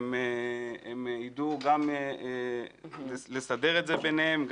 הם ידעו לסדר את זה ביניהם.